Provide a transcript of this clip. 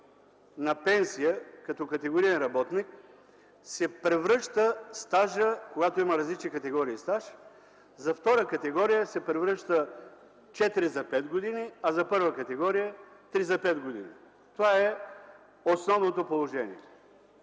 на пенсия като категориен работник, се превръща стажът. Когато има различни категории стаж, за втора категория се превръща 4 за 5 години, а за първа категория – 3 за 5 години. Това е основното положение.